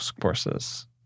courses